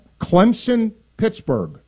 Clemson-Pittsburgh